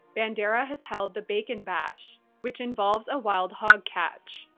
bandera has held the bacon bash, which involves a wild hog catch.